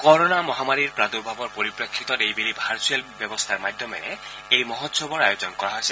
corona মহামাৰীৰ প্ৰাদুৰ্ভাৱৰ পৰিপ্ৰেক্ষিতত এইবেলি ভাৰ্চুৱেল ব্যৱস্থাৰ মাধ্যমেৰে এই মহোৎসৱৰ আয়োজন কৰা হৈছে